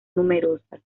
numerosas